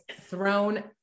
thrown